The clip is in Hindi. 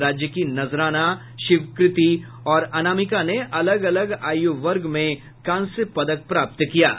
राज्य की नजराना शिवकृति और अनामिका ने अलग अलग आयु वर्ग में पदक प्राप्त किये हैं